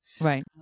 right